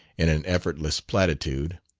in an effortless platitude,